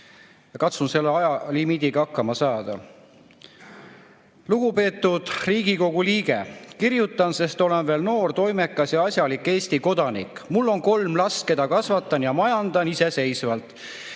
Katsun nüüd ajalimiidiga hakkama saada. Lugupeetud Riigikogu liige! Kirjutan, sest olen veel noor, toimekas ja asjalik Eesti kodanik. Mul on kolm last, keda kasvatan ja majandan iseseisvalt.